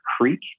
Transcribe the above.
Creek